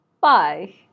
bye